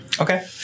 Okay